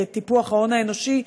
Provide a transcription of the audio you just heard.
טיפוח ההון האנושי,